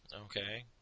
Okay